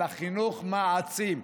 אלא חינוך מעצים.